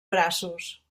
braços